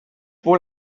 wohl